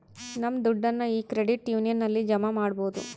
ನಮ್ ದುಡ್ಡನ್ನ ಈ ಕ್ರೆಡಿಟ್ ಯೂನಿಯನ್ ಅಲ್ಲಿ ಜಮಾ ಮಾಡ್ಬೋದು